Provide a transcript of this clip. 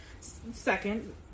Second